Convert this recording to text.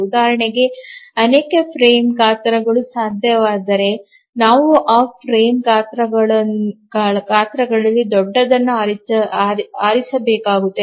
ಉದಾಹರಣೆಗೆ ಅನೇಕ ಫ್ರೇಮ್ ಗಾತ್ರಗಳು ಸಾಧ್ಯವಾದರೆ ನಾವು ಆ ಫ್ರೇಮ್ ಗಾತ್ರಗಳಲ್ಲಿ ದೊಡ್ಡದನ್ನು ಆರಿಸಬೇಕಾಗುತ್ತದೆ